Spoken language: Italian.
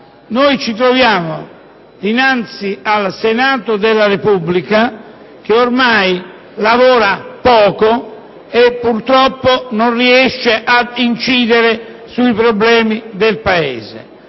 noi ci troviamo dinanzi ad un Senato della Repubblica che ormai lavora poco e purtroppo non riesce a incidere sui problemi del Paese.